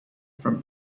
from